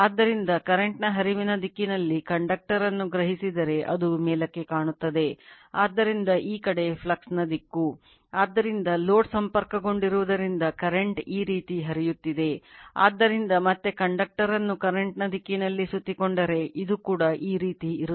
ಆದ್ದರಿಂದ ಲೋಡ್ ಸಂಪರ್ಕಗೊಂಡಿರುವುದರಿಂದ current ಕಡಿಮೆಯಾಗಲಿದೆ